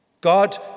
God